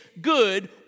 good